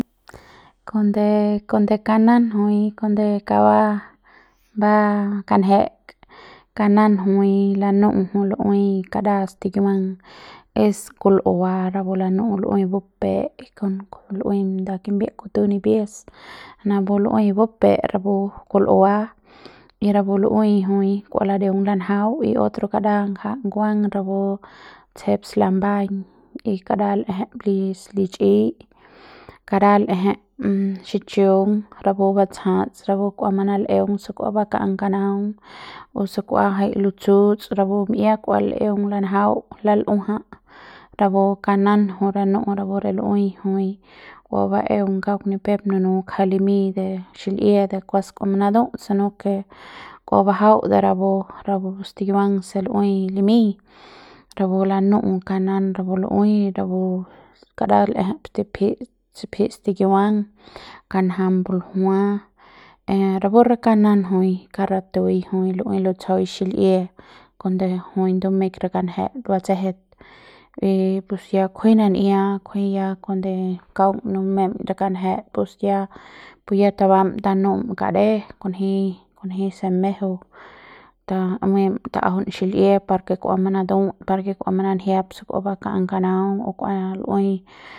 Kuande kuande kanan jui cuande kauk ba ba kanjek kanan jui lanu'u jui lu'ui kara stikiuang es kul'ua rapu lanu'u lu'ui bupe kon lu'ui kon kimbiep nda kutu nipies napu lu'ui bupe rapu kul'ua y rapu lu'ui kua lareung lanjau y otro kada ngja nguang rapu tsjep slamaiñ y kara l'eje li's lich'i kara l'eje xichung rapu batsjats rapu kua manal'eung se kua baka'am kanaung o se k'ua jai lutsu'uts rapu mi'ia kua l'eung lanjau lal'uaja rapu kanan jui lanu'u rapu re lu'ui jui ua baeun kauk ni pep nunu ngja limiñ de xil'ie de kuas kua banatut se no ke kua bajau rapu stikiuang se lu'ui limiñ rapu lanu'u kanan rapu lu'ui rapu kara l'eje stipjit stipijit stikiuang kanjam buljua e rapu re kanan jui kauk ratui jui lu'ui lutsjau xil'ie kuande jui numeiñ re kanjet batsjet y pus ya kunji nan'ia kujui ya kuande kaung numen re kanjet pus ya pus ya tubam tanu'um kade kunji kunji se mejeu ta mi tajaun xil'ie par ke kua manatu'ut par kua mananjiep se kua baka'am kanaung o kua lu'ui.